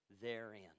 therein